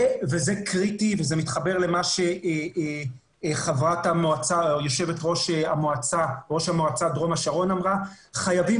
זה קריטי וזה מתחבר למה שראש מועצת דרום השרון אמרה חייבים